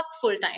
full-time